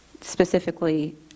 specifically